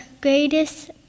greatest